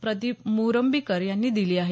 प्रदीप मुरंबीकर यांनी दिली आहे